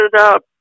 up